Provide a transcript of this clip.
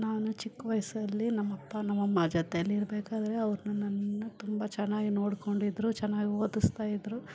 ನಾನು ಚಿಕ್ಕ ವಯಸ್ಸಲ್ಲಿ ನಮ್ಮ ಅಪ್ಪ ನಮ್ಮ ಅಮ್ಮ ಜೊತೇಲಿರಬೇಕಾದ್ರೆ ಅವರು ನನ್ನನ್ನು ತುಂಬ ಚೆನ್ನಾಗಿ ನೋಡಿಕೊಂಡಿದ್ರು ಚೆನ್ನಾಗಿ ಓದುಸ್ತಾಯಿದ್ರು